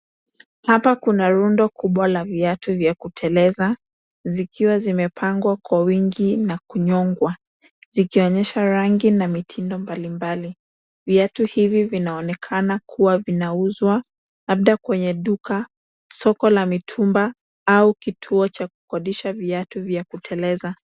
Hapa kuna rundo kubwa la viatu vya kuteleza, zikiwa zimepangwa kwa wingi na kunyongwa, zikionyesha rangi na mitindo mbalimbali. Viatu hivi vinaonekana kuwa vinauzwa labda kwenye duka, soko la mitumba au kituo cha kukodisha viatu vya kuteleza.